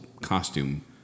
costume